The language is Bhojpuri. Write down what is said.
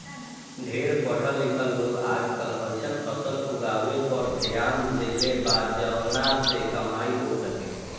ढेर पढ़ल लिखल लोग आजकल अइसन फसल उगावे पर ध्यान देले बा जवना से कमाई हो सके